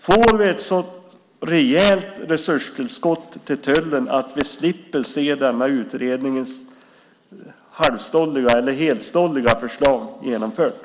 Får vi ett så rejält resurstillskott till tullen att vi slipper se denna utrednings helstolliga förslag genomföras?